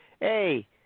hey